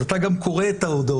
אז אתה גם קורא את ההודעות.